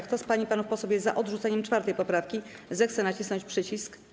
Kto z pań i panów posłów jest za odrzuceniem 4. poprawki, zechce nacisnąć przycisk.